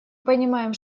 понимаем